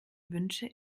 wünsche